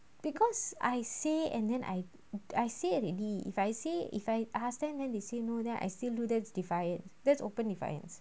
because I say and then I I say already if I say if I ask them then they say no then I still do that's defiant that's open defiance